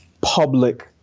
public